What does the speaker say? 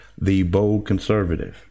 theboldconservative